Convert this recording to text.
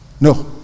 No